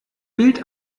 bild